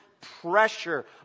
pressure